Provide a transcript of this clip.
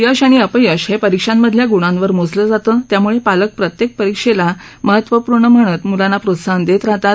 यश आणि अपयश हे परीक्षांमधल्या ग्णांवर मोजलं जातं त्याम्ळे पालक प्रत्येक परीक्षेला महत्त्वपूर्ण म्हणत म्लांना प्रोत्साहन देत राहतात